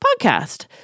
podcast